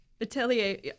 Atelier